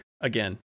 again